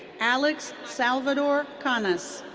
alex salvador canas.